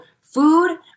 food